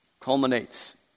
culminates